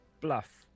Bluff